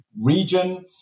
region